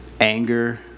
Anger